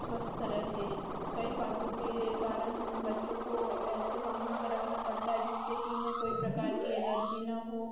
स्वस्थ रहें कई बातों के कारण हमें बच्चों को ऐसे माहौल में रखना पड़ता है जिससे कि उन्हें कोई प्रकार की एलर्जी न हो